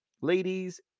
Ladies